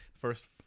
First